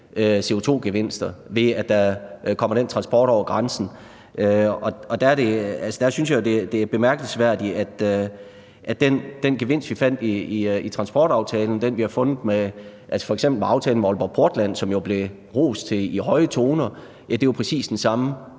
CO2-gevinster, ved at der kommer den transport over grænsen, og der synes jeg jo, at det er bemærkelsesværdigt, at i forhold til den gevinst, vi fandt i transportaftalen, og den, vi har fundet f.eks. med aftalen med Aalborg Portland, som jo blev rost i høje toner, er det jo præcis den samme